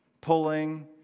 pulling